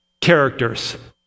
characters